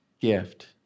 gift